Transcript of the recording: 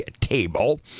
Table